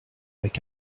avec